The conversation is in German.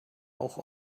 auch